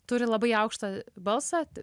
turi labai aukštą balsą